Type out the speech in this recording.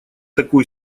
такую